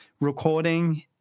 recording